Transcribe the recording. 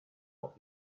not